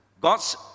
God's